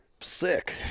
sick